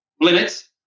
limits